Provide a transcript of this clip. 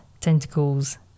tentacles